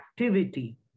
activity